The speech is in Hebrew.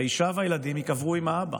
האישה והילדים ייקברו עם האבא,